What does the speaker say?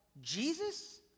Jesus